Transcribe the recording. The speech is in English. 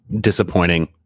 disappointing